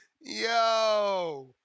Yo